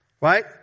right